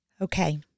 Okay